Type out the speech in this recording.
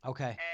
Okay